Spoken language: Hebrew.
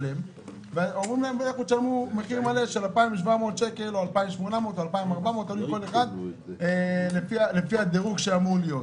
אומרים להם לשלם מחיר מלא של 2,800 שקלים לפי הדירוג שאמור להיות.